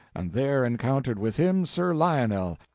and there encountered with him sir lionel,